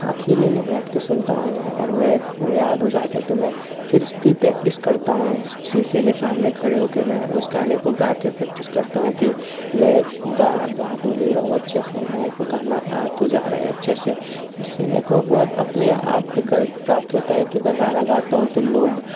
अकेले में बैठकर सुनता हूँ और मैं याद हो जाते हैं तो मैं फिर उसकी प्रैक्टिस करता हूँ शीशे के सामने खड़े होकर फिर उस गाने की प्रैक्टिस करता हूँ मैं गाना गा तो ले रहा हूँ अच्छे से मुझको गाना आ तो जा रहा है अच्छे से इससे मुझको बहुत अपने आप पर गर्व प्राप्त होता है कि मैं गाना गाता हूँ तो लोग